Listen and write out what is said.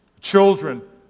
children